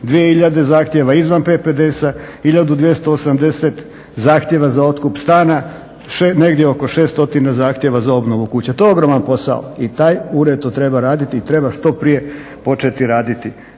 zahtjeva izvan PPDS-a, hiljadu 280 zahtjeva za otkup stana, negdje oko 6 stotina zahtjeva za obnovu kuće. To je ogroman posao. I taj ured to treba raditi i treba što prije početi raditi.